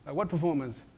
what performance?